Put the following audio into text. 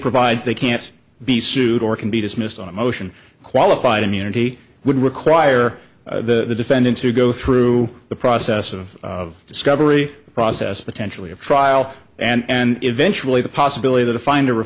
provides they can't be sued or can be dismissed on a motion qualified immunity would require the defendant to go through the process of discovery process potentially a trial and eventually the possibility that a find